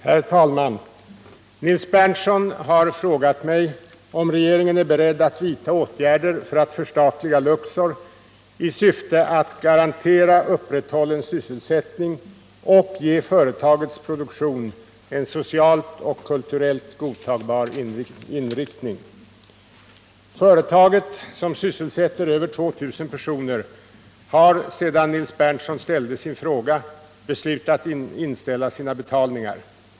Herr talman! Nils Berndtson har frågat mig om regeringen är beredd att vidta åtgärder för att förstatliga Luxor i syfte att garantera upprätthållen sysselsättning och ge företagets produktion en socialt och kulturellt godtagbar inriktning. ställde sin fråga beslutat att inställa sina betalningar.